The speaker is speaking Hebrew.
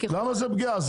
למה זו פגיעה?